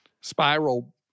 spiral